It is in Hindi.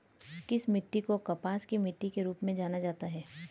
किस मिट्टी को कपास की मिट्टी के रूप में जाना जाता है?